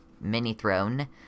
mini-throne